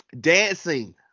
dancing